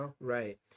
Right